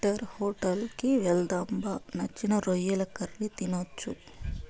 five star hotel కి వెళ్దాం బా నచ్చిన రొయ్యల కర్రీ తినొచ్చు